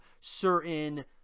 certain